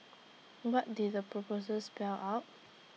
what did the proposal spell out